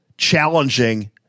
challenging